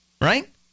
right